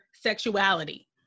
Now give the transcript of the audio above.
sexuality